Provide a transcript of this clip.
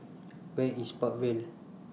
Where IS Park Vale